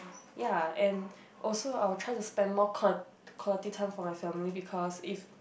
ya and also I will try to spend more qua~ quality time for my family because if